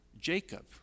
Jacob